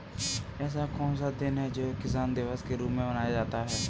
ऐसा कौन सा दिन है जो किसान दिवस के रूप में मनाया जाता है?